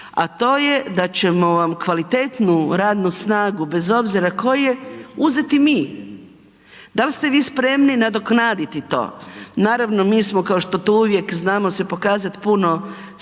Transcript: a to je da ćemo vam kvalitetnu radnu snagu, bez obzira tko je, uzeti mi, Da li ste vi spremni nadoknaditi to. Naravno, mi smo kao što to uvijek znamo se pokazati puno spremniji,